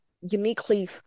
uniquely